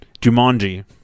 Jumanji